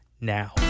now